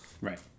Right